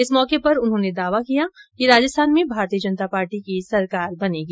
इस मौके उन्होंने दावा किया कि राजस्थान में भारतीय जनता पार्टी की सरकार बनेगी